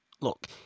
look